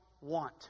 want